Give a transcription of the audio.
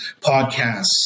podcasts